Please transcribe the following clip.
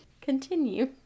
Continue